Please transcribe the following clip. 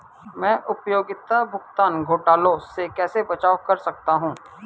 मैं उपयोगिता भुगतान घोटालों से कैसे बचाव कर सकता हूँ?